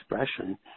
expression